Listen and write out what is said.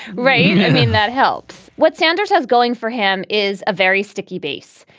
race i mean, that helps. what sanders has going for him is a very sticky base.